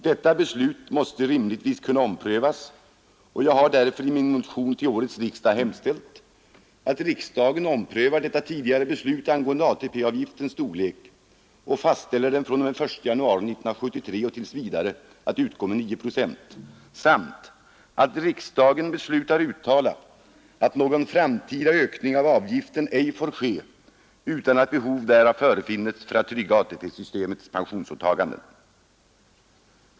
Detta beslut måste rimligtvis kunna omprövas, och jag har därför i motion till årets riksdag hemställt att riksdagen omprövar sitt tidigare beslut angående ATP-avgiftens storlek och fastställer den att fr.o.m. den 1 januari 1973 och tills vidare utgå med 9 procent samt att riksdagen beslutar uttala att någon framtida ökning av avgiften ej får ske utan att behov därav förefinnes för att trygga ATP-systemets pensionsåtaganden.